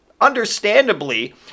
understandably